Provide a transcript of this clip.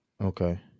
Okay